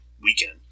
Weekend